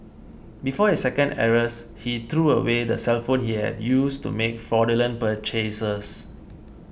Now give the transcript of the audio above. before his second arrest he threw away the cellphone he had used to make fraudulent purchases